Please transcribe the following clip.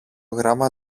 γράμμα